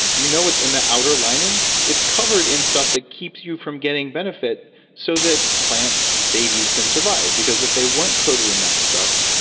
and do you know what's in the outer lining? it's covered in stuff that keeps you from getting benefit so that plants babies can survive because if they weren't coated in that stuff,